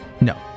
No